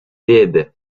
did